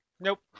Nope